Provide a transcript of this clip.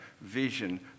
vision